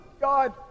God